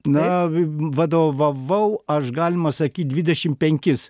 na vadovavau aš galima sakyt dvidešim penkis